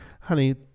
honey